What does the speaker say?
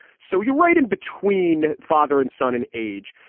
so you right in between father and son in age.